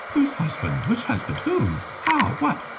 whose husband? which husband? whom? how? what?